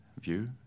view